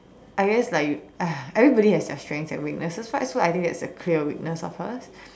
I guess like uh everybody has their strengths and weaknesses so I think that's a clear weakness of hers